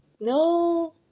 No